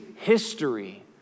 history